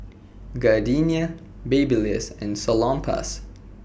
Gardenia Babyliss and Salonpas